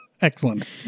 Excellent